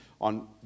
on